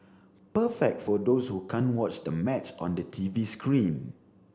perfect for those who can't watch the match on the T V screen